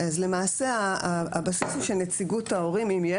נציגות ההורים,